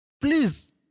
please